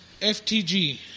FTG